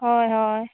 होय होय